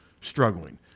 struggling